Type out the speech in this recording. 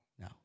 No